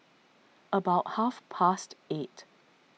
about half past eight